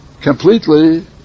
completely